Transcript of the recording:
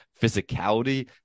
physicality